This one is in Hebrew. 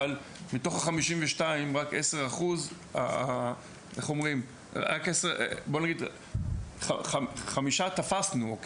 אבל מתוך ה-52 רק 10% - בואו נגיד: חמישה תפסנו.